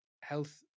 health